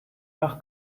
nach